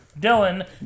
Dylan